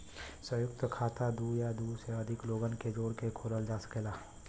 संयुक्त खाता दू या दू से अधिक लोगन के जोड़ के खोलल जा सकेला